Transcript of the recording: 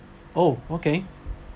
oh okay